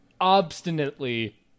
obstinately